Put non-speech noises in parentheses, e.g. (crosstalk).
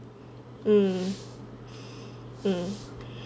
um (breath) um